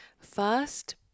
first